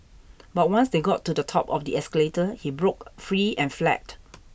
but once they got to the top of the escalator he broke free and fled